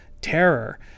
terror